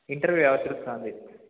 interview ಯಾವತ್ತು ಇರತ್ತೆ sir ಅಲ್ಲಿ